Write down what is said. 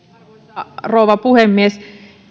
arvoisa rouva puhemies